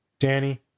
Danny